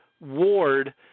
Ward